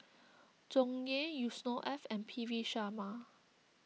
Tsung Yeh Yusnor Ef and P V Sharma